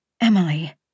Emily